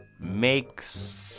makes